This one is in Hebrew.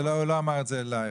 הוא לא אמר את זה אלייך,